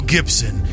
Gibson